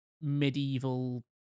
medieval